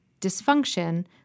Dysfunction